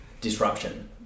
disruption